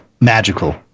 magical